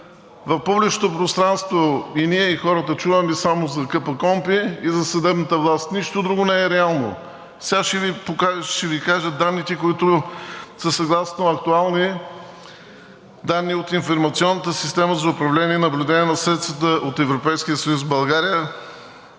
В публичното пространство и ние, и хората чуваме само за КПКОНПИ и за съдебната власт. Нищо друго не е реално. Сега ще Ви кажа данните, които са актуални – данни от „Информационната система за управление и наблюдение на средствата от Европейския съюз в България“